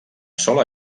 sola